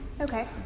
Okay